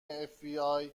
fbi